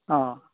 অঁ